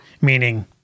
Meaning